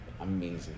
amazing